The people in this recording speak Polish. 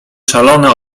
szalone